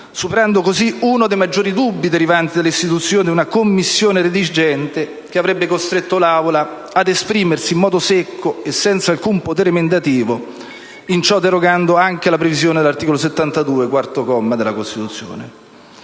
superando così uno dei maggiori dubbi derivanti dall'istituzione di una Commissione redigente che avrebbe costretto l'Aula ad esprimersi in modo secco e senza alcun potere emendativo, in ciò derogando anche alla previsione dell'articolo 72, quarto comma, della Costituzione.